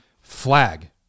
flag